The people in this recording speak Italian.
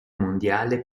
mondiale